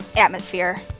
atmosphere